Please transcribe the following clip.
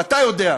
ואתה יודע,